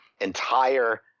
entire